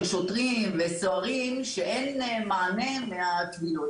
שוטרים וסוהרים שאין להן מענה מהתביעות,